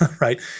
right